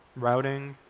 routing,